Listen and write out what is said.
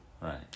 Right